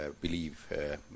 believe